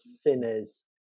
sinners